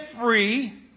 free